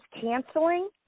canceling